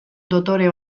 dotore